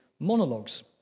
monologues